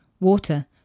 water